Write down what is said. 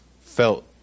felt